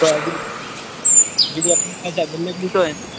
तो अभी अपने पास तो है ना